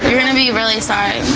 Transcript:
you're gonna be really sorry.